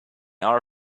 our